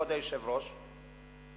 כבוד היושב-ראש,